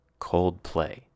Coldplay